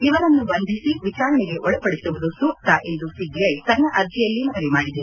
ಇವರನ್ನು ಬಂಧಿಸಿ ವಿಚಾರಣೆಗೆ ಒಳಪಡಿಸುವುದು ಸೂಕ್ತ ಎಂದು ಸಿಬಿಐ ತನ್ನ ಅರ್ಜೆಯಲ್ಲಿ ಮನವಿ ಮಾಡಿದೆ